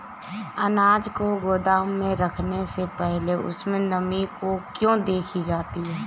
अनाज को गोदाम में रखने से पहले उसमें नमी को क्यो देखी जाती है?